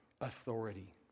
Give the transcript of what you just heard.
Authority